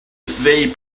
they